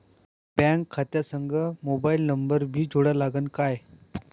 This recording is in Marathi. बँक खात्या संग मोबाईल नंबर भी जोडा लागते काय?